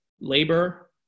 labor